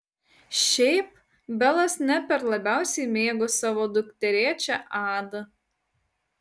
šiaip belas ne per labiausiai mėgo savo dukterėčią adą